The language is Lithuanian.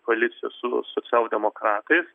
koalicija su socialdemokratais